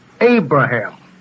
Abraham